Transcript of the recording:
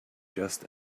just